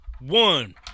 one